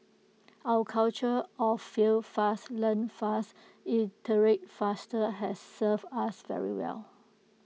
our culture of fail fast learn fast iterate faster' has served us very well